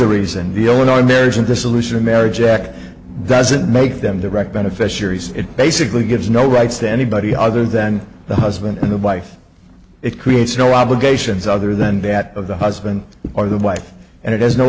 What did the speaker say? a reason the illinois marriage and dissolution of marriage act doesn't make them direct beneficiaries it basically gives no rights to anybody other than the husband and the wife it creates no obligations other than that of the husband or the wife and it has no